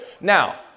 Now